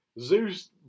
Zeus